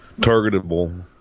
targetable